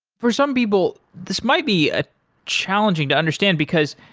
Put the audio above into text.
for some people, this might be ah challenging to understand, because